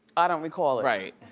i don't recall it. right.